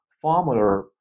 formula